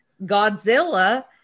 Godzilla